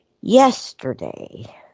yesterday